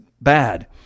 bad